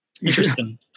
Interesting